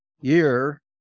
year